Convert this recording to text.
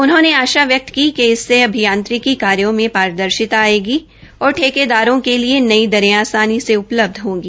उन्होंने आशा व्यक्त की कि इससे अभियांत्रिकी कार्यो में पारदर्शिता आयेगी और ठेकेदारों के लिए नई दरें आसानी से उपलब्ध होगी